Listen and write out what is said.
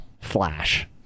flash